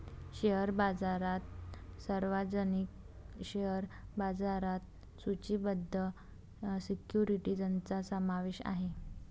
share बाजारात सार्वजनिक share बाजारात सूचीबद्ध सिक्युरिटीजचा समावेश आहे